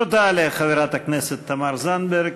תודה לחברת הכנסת תמר זנדברג,